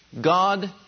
God